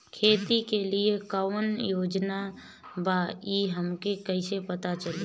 खेती के लिए कौने योजना बा ई हमके कईसे पता चली?